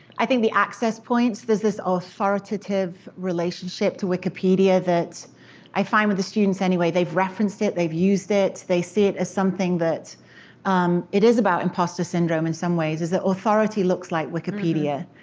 i think the access points, there's this authoritative relationship to wikipedia that i find, with the students, anyway. they've referenced it, they've used it, they see it as something that um it is about imposter syndrome in some way, is is that authority looks like wikipedia.